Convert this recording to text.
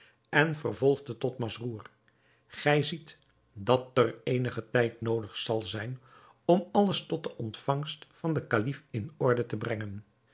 en vervolgde tot masrour gij ziet dat er eenigen tijd noodig zal zijn om alles tot de ontvangst van den kalif in orde te brengen